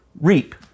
Reap